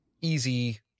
easy